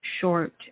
Short